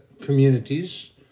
communities